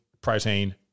protein